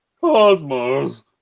cosmos